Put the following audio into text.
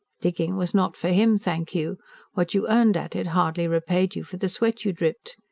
digging was not for him, thank you what you earned at it hardly repaid you for the sweat you dripped.